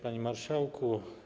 Panie Marszałku!